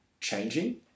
changing